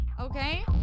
Okay